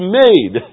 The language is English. made